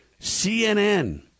CNN